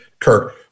Kirk